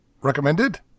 recommended